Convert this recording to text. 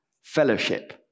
fellowship